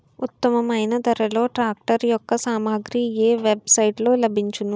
ఉత్తమమైన ధరలో ట్రాక్టర్ యెక్క సామాగ్రి ఏ వెబ్ సైట్ లో లభించును?